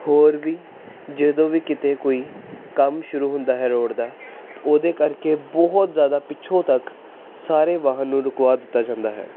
ਹੋਰ ਵੀ ਜਦੋਂ ਵੀ ਕਿਤੇ ਕੋਈ ਕੰਮ ਸ਼ੁਰੂ ਹੁੰਦਾ ਹੈ ਰੋਡ ਦਾ ਉਹਦੇ ਕਰਕੇ ਬਹੁਤ ਜ਼ਿਆਦਾ ਪਿੱਛੋਂ ਤੱਕ ਸਾਰੇ ਵਾਹਨ ਨੂੰ ਰੁਕਵਾ ਦਿੱਤਾ ਜਾਂਦਾ ਹੈ